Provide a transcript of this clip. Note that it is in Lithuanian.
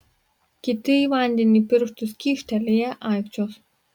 kiti į vandenį pirštus kyštelėję aikčios